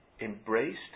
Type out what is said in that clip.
embraced